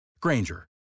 Granger